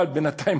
אבל בינתיים,